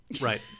Right